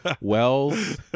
Wells